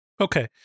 Okay